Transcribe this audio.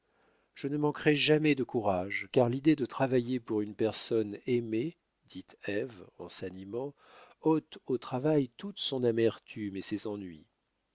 je ne manquerai jamais de courage car l'idée de travailler pour une personne aimée dit ève en s'animant ôte au travail toute son amertume et ses ennuis